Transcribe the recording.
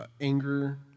Anger